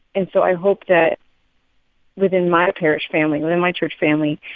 and so i hope that within my parish family, within my church family,